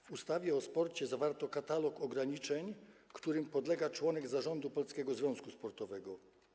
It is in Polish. W ustawie o sporcie zawarto katalog ograniczeń, którym podlega członek zarządu polskiego związku sportowego.